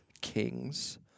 kings